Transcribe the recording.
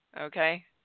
Okay